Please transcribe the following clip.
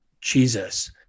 Jesus